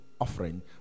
offering